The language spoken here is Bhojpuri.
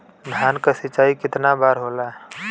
धान क सिंचाई कितना बार होला?